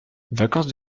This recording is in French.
vacances